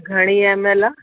घणी M L आहे